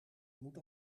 moet